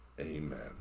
Amen